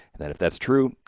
then if that's true,